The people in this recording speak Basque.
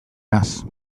naiz